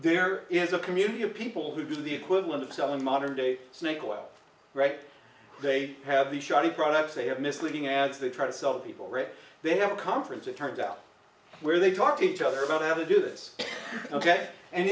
there is a community of people who do the equivalent of selling modern day snake oil right they have the shiny products they have misleading ads they try to sell people right they have a conference it turns out where they talk to each other about how to do this ok and